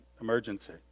emergency